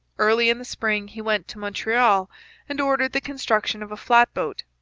early in the spring he went to montreal and ordered the construction of a flat-boat.